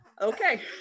Okay